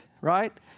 right